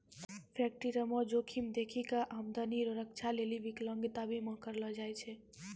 फैक्टरीमे जोखिम देखी कय आमदनी रो रक्षा लेली बिकलांता बीमा करलो जाय छै